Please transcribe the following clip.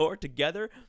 together